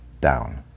down